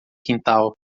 quintal